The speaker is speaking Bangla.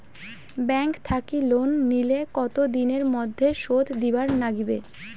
ব্যাংক থাকি লোন নিলে কতো দিনের মধ্যে শোধ দিবার নাগিবে?